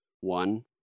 one